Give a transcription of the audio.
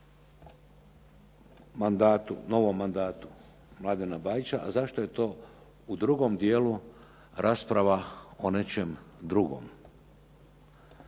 mandatu, novom mandatu Mladena Bajića, a zašto je to u drugom dijelu rasprava o nečem drugom?